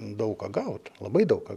daug ką gaut labai daug ką